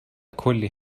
کلی